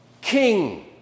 king